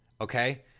okay